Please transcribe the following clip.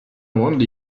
wonder